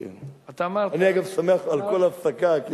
אני, אגב, שמח על כל הפסקה.